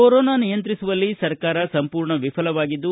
corona ನಿಯಂತ್ರಿಸುವಲ್ಲಿ ಸರ್ಕಾರ ಸಂಪೂರ್ಣ ವಿಫಲವಾಗಿದ್ದು